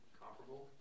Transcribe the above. comparable